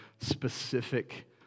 specific